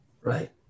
Right